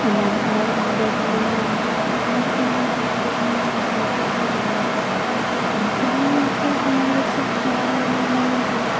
എല്ലാവരും അതായത് ബാഡ് ആയിട്ട് ആരും ഒന്നും പറയുന്നില്ലല്ലോ അങ്ങനത്തെ കാര്യങ്ങളൊക്കെ നോക്കിയിട്ടാണ് ഞാൻ കൂടുതലായിട്ടും ഫുഡ് ഉണ്ടാക്കാറ് പിന്നെ എന്ന് വെച്ചിട്ടുണ്ടെങ്കിൽ എനിക്ക് അമ്മേനെ കുറിച്ച് അതായത് അമ്മേനോടും ചോദിക്കും